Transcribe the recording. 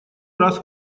раз